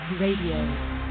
RADIO